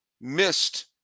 missed